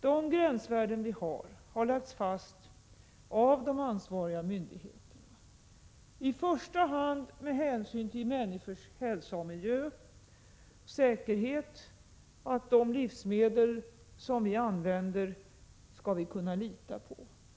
De gränsvärden vi har, har lagts fast av de ansvariga myndigheterna, i första hand med hänsyn till människors hälsa, miljö och säkerhet och för att vi skall kunna lita på de livsmedel vi använder.